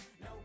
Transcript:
no